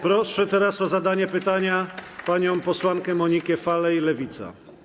Proszę o zadanie pytania panią posłankę Monikę Falej, Lewica.